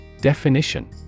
Definition